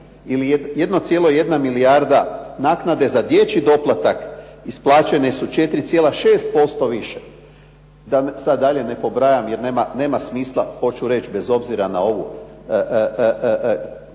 1,1 milijarda naknade za dječji doplatak isplaćene su 4,6% više. Da dalje ne pobrajam jer nema smisla, hoću reći bez obzira na ovu